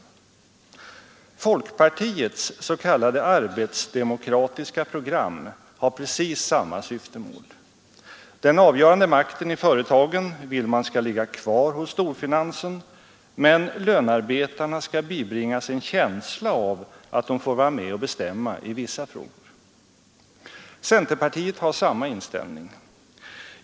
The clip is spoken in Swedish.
Allmänna pensions Folkpartiets s.k. arbetsdemokratiska program har precis samma syfte. fondens förvaltning, m.m. Den avgörande makten i företagen vill man skall ligga kvar hos storfinansen, men lönearbetarna skall bibringas en känsla av att de får vara med och bestämma i vissa frågor. Centerpartiet har samma inställning.